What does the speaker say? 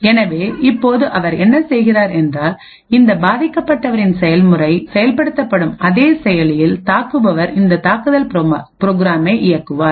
எனவே இப்போது அவர் என்ன செய்கிறார் என்றால் இந்த பாதிக்கப்பட்டவரின் செயல்முறையை செயல்படுத்தும் அதே செயலியில் தாக்குபவர் இந்த தாக்குதல் ப்ரோக்ராமை இயக்குவார்